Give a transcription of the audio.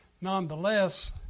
nonetheless